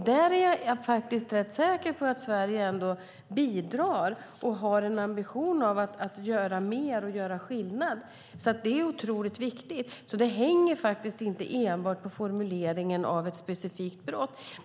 Där är jag rätt säker på att Sverige ändå bidrar och har en ambition att göra mer och göra skillnad, och det är otroligt viktigt. Det hänger alltså inte enbart på formuleringen av ett specifikt brott.